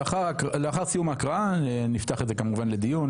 לאחר סיום ההקראה נפתח את זה כמובן לדיון,